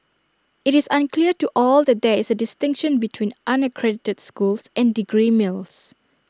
IT is unclear to all that there is A distinction between unaccredited schools and degree mills